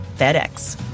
FedEx